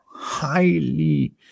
highly